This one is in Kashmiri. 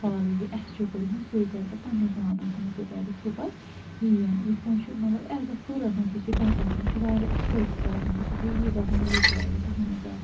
فالو یہِ اَسہِ چھُ کوٚرمُت سُے کَرِ پَتہٕ پنٛنہِ گامَس مَنٛز تہِ کَرِ سُہ پَتہٕ یِتھ پٲٹھۍ چھُ مطلب عزت ہُران نہ کہِ یہِ چھُ گَھٹان یہِ چھُ واریاہ اصٕل سٹیپَن بہٕ چھَس بہٕ یی دَپان یی کَرو أسۍ اہن حظ آ